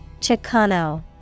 Chicano